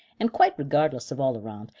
and quite regardless of all around,